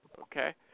okay